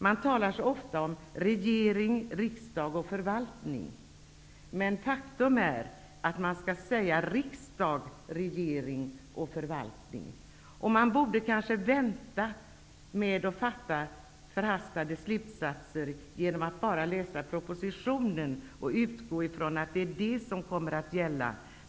Man talar så ofta om regering, riksdag och förvaltning, men faktum är att man skall säga riksdag, regering och förvaltning. Man borde kanske undvika att dra förhastade slutsatser efter att bara ha läst propositionen och att utgå från att det är det som kommer att gälla.